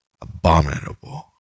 abominable